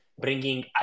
bringing